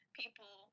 people